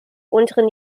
unteren